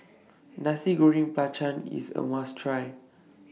Nasi Goreng Belacan IS A must Try